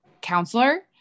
counselor